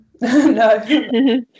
No